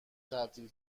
تبدیل